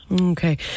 Okay